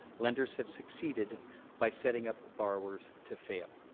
lenders have succeeded by setting up borrowers to fail.